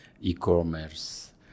e-commerce